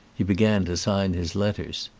he began to sign his letters.